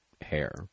hair